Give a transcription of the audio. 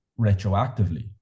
retroactively